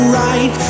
right